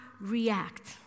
react